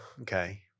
Okay